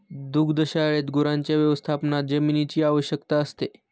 दुग्धशाळेत गुरांच्या व्यवस्थापनात जमिनीची आवश्यकता असते